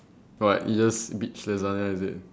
what you just is it